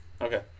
Okay